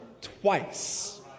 twice